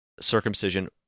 circumcision